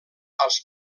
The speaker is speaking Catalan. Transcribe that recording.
als